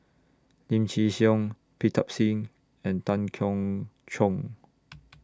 Lim Chin Siong Pritam Singh and Tan Keong Choon